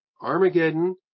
Armageddon